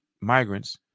migrants